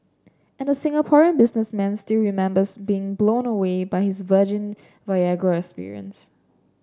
and the Singaporean businessman still remembers being blown away by his virgin Viagra experience